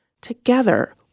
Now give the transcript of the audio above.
together